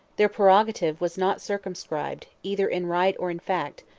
their prerogative was not circumscribed, either in right or in fact,